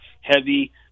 heavy